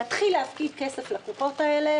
להתחיל להפקיד כסף לקופות האלה,